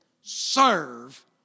serve